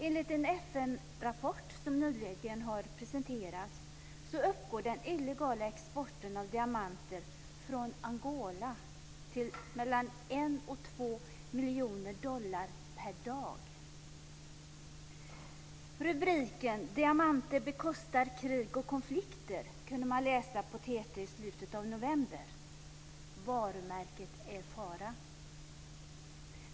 Enligt en FN-rapport som nyligen har presenterats uppgår den illegala exporten av diamanter från Angola till 1-2 Rubriken "Diamanter bekostar krig och konflikter" kunde läsas hos TT i slutet av november. Varumärket är i fara.